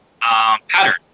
pattern